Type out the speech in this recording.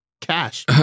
cash